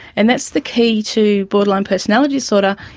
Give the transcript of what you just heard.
and that's the key to borderline personality disorder,